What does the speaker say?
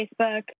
Facebook